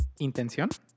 Intención